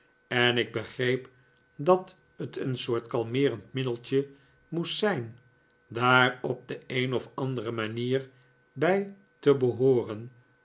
en ik begreep dat het een soort kalmeerend middeltje moest zijn daar op de een of andere manier bij te behooren